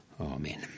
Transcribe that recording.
Amen